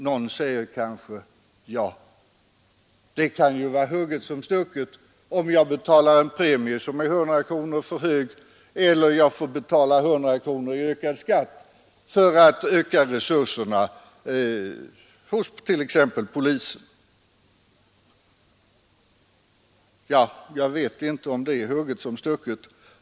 Någon säger kanske: Ja, det kan ju vara hugget som stucket, om jag betalar en premie som är 100 kronor för hög eller om jag betalar 100 kronor i ökad skatt för att förbättra resurserna hos t.ex. polisen. Ja, jag vet inte om det är hugget som stucket.